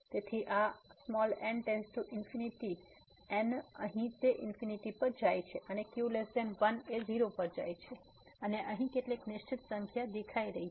તેથી આ n →∞ આ n અહીં તે ઈન્ફીનીટી પર જાય છે અને q1 આ 0 પર જાય છે અને અહીં કેટલીક નિશ્ચિત સંખ્યા દેખાઈ રહી છે